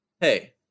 hey